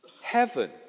Heaven